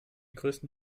größten